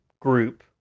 group